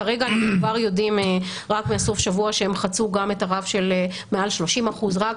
כרגע אנחנו יודעים רק מסוף השבוע שהם חצו גם את הרף של מעל 30%. רק